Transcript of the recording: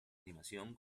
animación